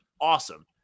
Awesome